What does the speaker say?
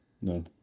no